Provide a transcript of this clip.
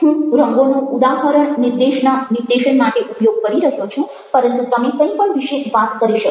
હું રંગોનો ઉદાહરણ નિર્દેશન માટે ઉપયોગ કરી રહ્યો છું પરંતુ તમે કંઈ પણ વિશે વાત કરી શકો